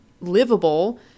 livable